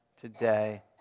today